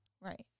Right